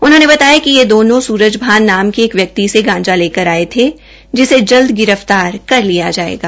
उन्होंने बताया कि ये दोनों सूरजभान नाम के एक व्यक्ति से गांजा लेकर आये थे जिसे जल्द गिरफ्तार कर लिया जायेगा